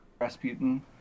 Rasputin